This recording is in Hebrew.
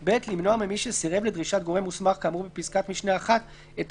(ב) למנוע ממי שסירב לדרישת גורם מוסמך כאמור בפסקת משנה (1) את